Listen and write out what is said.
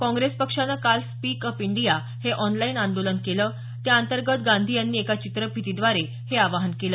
काँग्रेस पक्षानं काल speak up India हे ऑनलाईन आंदोलन केलं त्या अंतर्गत गांधी यांनी एका चित्रफितीद्वारे हे आवाहन केलं